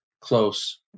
close